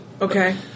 Okay